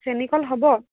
চেনি কল হ'ব